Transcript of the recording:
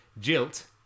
Jilt